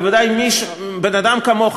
בוודאי בן-אדם כמוך,